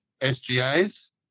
SGA's